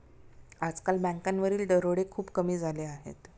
आजकाल बँकांवरील दरोडे खूप कमी झाले आहेत